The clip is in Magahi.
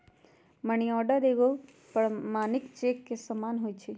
मनीआर्डर एगो प्रमाणिक चेक के समान होइ छै